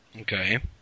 Okay